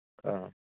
ꯑꯥ